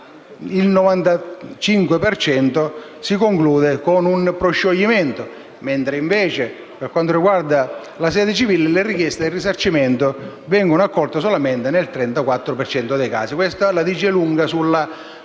si conclude con un proscioglimento mentre, per quanto riguarda la sede civile, le richieste di risarcimento vengono accolte solamente nel 34 per cento dei casi. Questo la dice lunga sulla giustezza